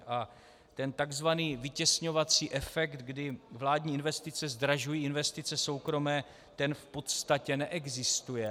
A ten takzvaný vytěsňovací efekt, kdy vládní investice zdražují investice soukromé, ten v podstatě neexistuje.